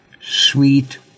Sweet